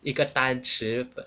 一个单词